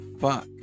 fuck